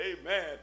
Amen